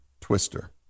Twister